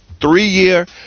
three-year